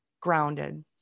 grounded